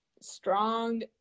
strong